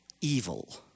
evil